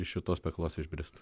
iš šitos peklos išbrist